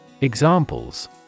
Examples